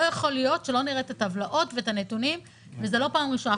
לא יכול להיות שלא נראה את הטבלאות ואת הנתונים וזה לא פעם ראשונה.